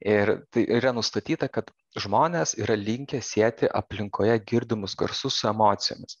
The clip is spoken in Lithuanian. ir tai yra nustatyta kad žmonės yra linkę sieti aplinkoje girdimus garsus su emocijomis